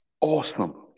Awesome